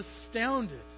astounded